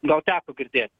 gal teko girdėt